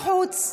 תצאו בחוץ.